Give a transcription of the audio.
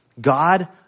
God